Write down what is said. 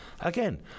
Again